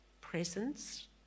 presence